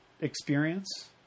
experience